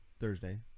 Thursday